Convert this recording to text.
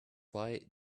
why